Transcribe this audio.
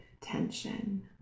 tension